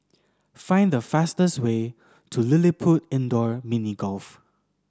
find the fastest way to LilliPutt Indoor Mini Golf